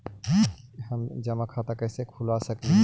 हम जमा खाता कैसे खुलवा सक ही?